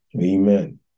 Amen